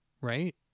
right